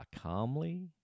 calmly